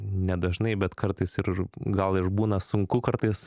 nedažnai bet kartais ir gal ir būna sunku kartais